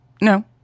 No